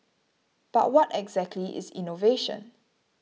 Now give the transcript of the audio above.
but what exactly is innovation